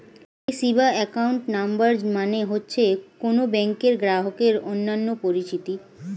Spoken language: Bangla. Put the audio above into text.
এ.সি বা অ্যাকাউন্ট নাম্বার মানে হচ্ছে কোন ব্যাংকের গ্রাহকের অন্যান্য পরিচিতি